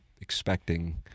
expecting